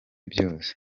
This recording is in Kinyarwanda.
byose